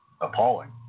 appalling